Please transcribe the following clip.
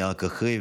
אני רק אקריא,